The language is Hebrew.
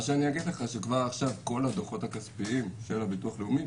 כבר עכשיו כל הדוחות הכספיים של הביטוח הלאומי